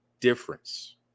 difference